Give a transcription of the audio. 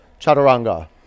Chaturanga